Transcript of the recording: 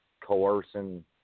coercing